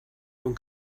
one